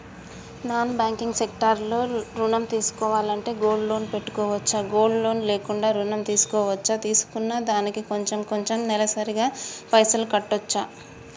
Non banking sector లో ఋణం తీసుకోవాలంటే గోల్డ్ లోన్ పెట్టుకోవచ్చా? గోల్డ్ లోన్ లేకుండా కూడా ఋణం తీసుకోవచ్చా? తీసుకున్న దానికి కొంచెం కొంచెం నెలసరి గా పైసలు కట్టొచ్చా?